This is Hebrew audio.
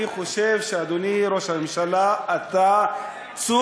אני חושב, אדוני ראש הממשלה, שאתה צודק.